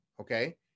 Okay